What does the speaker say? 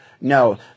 No